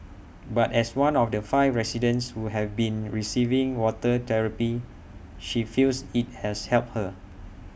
but as one of the five residents who have been receiving water therapy she feels IT has helped her